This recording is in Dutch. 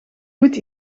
goed